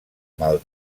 mal